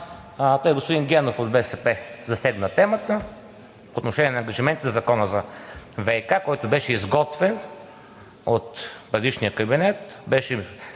не! Господин Генов от БСП засегна темата по отношение на ангажиментите в Закона за ВиК, който беше изготвен от предишния кабинет,